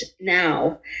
now